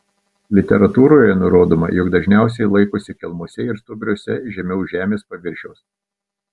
literatūroje nurodoma jog dažniausiai laikosi kelmuose ir stuobriuose žemiau žemės paviršiaus